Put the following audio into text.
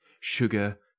Sugar